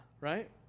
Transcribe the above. Right